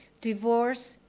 Divorce